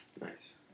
nice